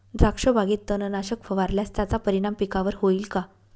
द्राक्षबागेत तणनाशक फवारल्यास त्याचा परिणाम पिकावर होईल का?